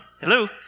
Hello